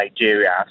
Nigeria